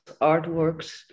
artworks